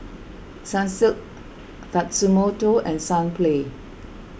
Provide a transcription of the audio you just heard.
Sunsilk Tatsumoto and Sunplay